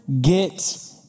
get